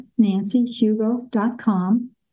nancyhugo.com